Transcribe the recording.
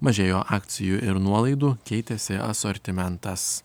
mažėjo akcijų ir nuolaidų keitėsi asortimentas